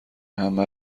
همه